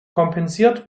kompensiert